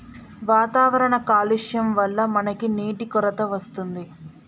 వాతావరణ కాలుష్యం వళ్ల మనకి నీటి కొరత వస్తుంది